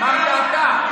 אמרת אתה.